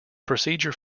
procedure